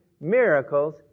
miracles